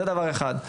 זה דבר אחד.